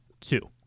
two